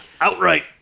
outright